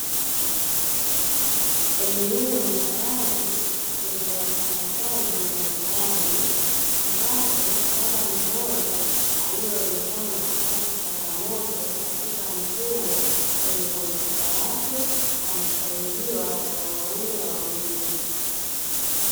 Eneo la wazi lenye wafanyakazi mbalimbali, ambapo dada mmoja aliyeonekana kupata changamoto katika mfumo kwenye kompyuta yake anasaidiwa na wanaume wawili.